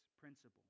principle